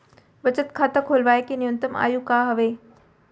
बचत खाता खोलवाय के न्यूनतम आयु का हवे?